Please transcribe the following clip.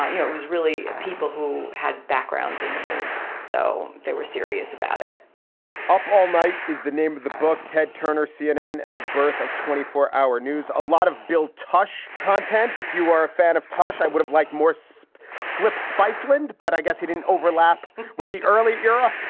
ah you know, it was really people who had backgrounds in the news. so they were serious about it up all night is the name of the book. ted turner, cnn, and the birth of twenty four hour news. a lot of bill tush content. if you are a fan of tush, i would have like more space flip spiceland, but i guess it didn't overlap with the early era.